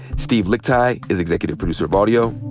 steve lickteig is executive producer of audio.